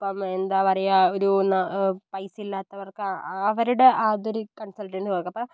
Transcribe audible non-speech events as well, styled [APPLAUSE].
ഇപ്പം എന്തപറയുക ഒരു നാ പൈസ ഇല്ലാത്തവർക്ക് ആ അവരുടെ അതൊരു കൺസൾട്ടൻറ്റ് [UNINTELLIGIBLE] അപ്പം